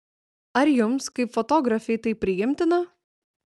ar jums kaip fotografei tai priimtina